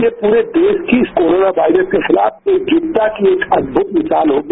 ये पूरे देश की कोरोना वायरस के खिलाफ एकजुटता की एक अद्भुत मिसाल होगी